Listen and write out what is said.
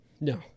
No